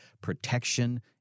protection